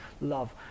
love